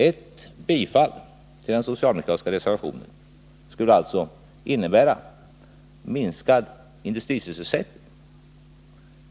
Ett bifall till den socialdemokratiska reservationen skulle alltså innebära minskad industrisysselsättning.